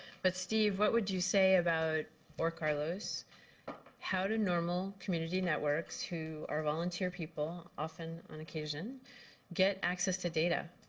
but steve, what would you say about or carlos how do normal community networks who are volunteer people often on occasion get access to data?